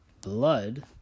blood